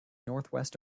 northwest